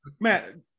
man